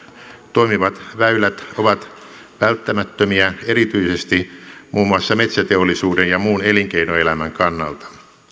toimivat väylät ovat välttämättömiä erityisesti muun muassa metsäteollisuuden ja muun elinkeinoelämän kannalta